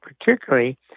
particularly